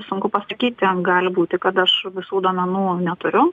sunku pasakyti gali būti kad aš visų duomenų neturiu